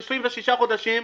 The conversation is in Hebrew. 36 חודשים,